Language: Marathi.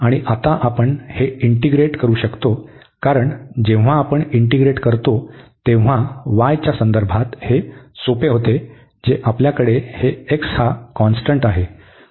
आणि आता आपण हे इंटीग्रेट करू शकतो कारण जेव्हा आपण इंटीग्रेट करतो तेव्हा y च्या संदर्भात हे सोपे होते जे आपल्याकडे हे x हा कॉन्स्टंट आहे